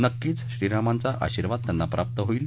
नक्कीच श्रीरामांचा आर्शीवाद त्यांना प्राप्त होईल